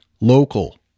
local